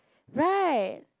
right